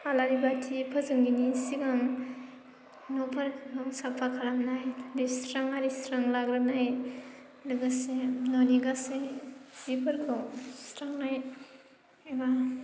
आलारि बाथि फोजोङैनि सिगां न'फोरखौ साफा खालामनाय लिरस्रां आरिस्रां लाग्रोनाय लोगोसे न'नि गासै जिफोरखौ सुस्रांनाय एबा